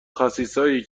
خسیسایی